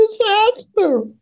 disaster